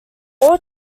all